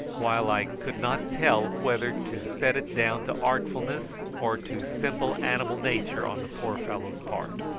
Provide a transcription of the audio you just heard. while i could not tell whether to set it down to artfulness or to simple animal nature on the poor fellow's part.